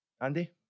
Andy